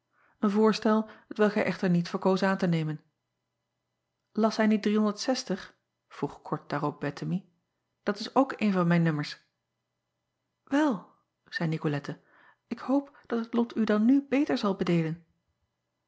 een voorstel t welk hij echter niet verkoos aan te nemen as hij niet vroeg kort daarop ettemie dat is ook een van mijn nummers el zeî icolette ik hoop dat het lot u dan nu beter zal bedeelen